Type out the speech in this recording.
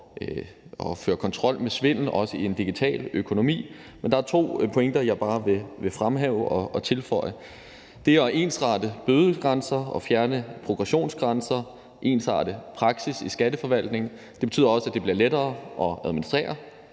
at føre kontrol med svindel, også i en digital økonomi. Men der er to pointer, som jeg bare vil fremhæve og tilføje. Det, at man ensretter bødegrænser og fjerner progressionsgrænser og ensarter praksis i Skatteforvaltningen, betyder også, at det bliver lettere at administrere